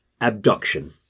Abduction